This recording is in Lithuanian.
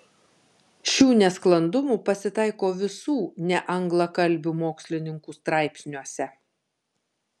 šių nesklandumų pasitaiko visų neanglakalbių mokslininkų straipsniuose